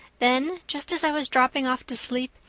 then, just as i was dropping off to sleep,